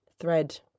thread